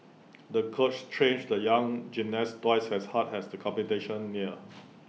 the coach trained the young gymnast twice as hard as the competition neared